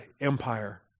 empire